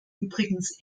übrigens